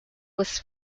was